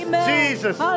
Jesus